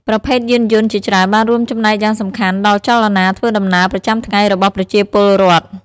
ប្រភេទយានយន្តជាច្រើនបានរួមចំណែកយ៉ាងសំខាន់ដល់ចលនាធ្វើដំណើរប្រចាំថ្ងៃរបស់ប្រជាពលរដ្ឋ។